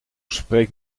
spreek